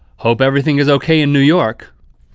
hope everything is okay in new york.